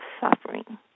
suffering